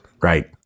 Right